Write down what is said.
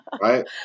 Right